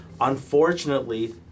Unfortunately